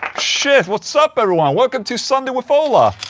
shit, what's up everyone? welcome to sunday with ola. f